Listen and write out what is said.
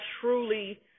truly